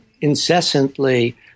incessantly